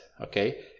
okay